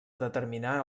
determinar